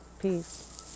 Peace